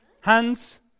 Hands